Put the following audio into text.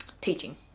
teaching